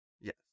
Yes